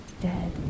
dead